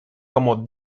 como